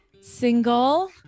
single